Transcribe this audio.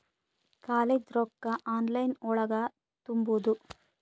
College ರೊಕ್ಕ online ಒಳಗ ತುಂಬುದು?